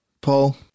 Paul